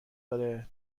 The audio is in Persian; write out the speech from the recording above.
داره